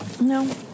No